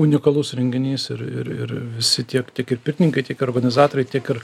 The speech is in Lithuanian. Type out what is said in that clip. unikalus renginys ir ir ir visi tiek tiek ir pirtininkai tik organizatoriai tiek ir